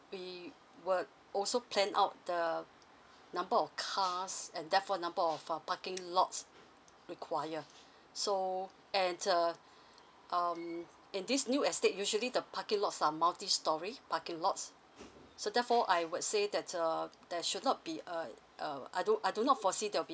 we will also plan out the number of cars and therefore number of uh parking lots require so and uh um in this new estate usually the parking lot some multi storey parking lots so therefore I would say that uh there should not be uh uh I do I do not foresee the